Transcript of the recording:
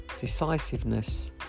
Decisiveness